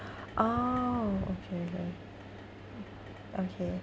orh okay okay